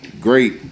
great